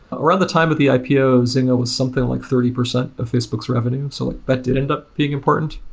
around the time of the ipos, and it was something like thirty percent of facebook's revenue. so that like but did end up being important.